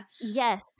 Yes